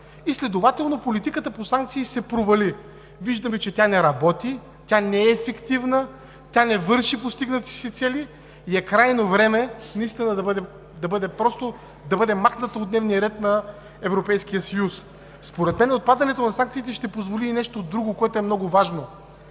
и следователно политиката по санкции се провали. Виждаме, че тя не работи, тя не е ефективна, тя не върши постигнатите си цели и е крайно време наистина да бъде махната от дневния ред на Европейския съюз. Според мен отпадането на санкциите ще позволи и нещо друго, което е много важно.